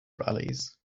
rallies